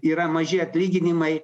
yra maži atlyginimai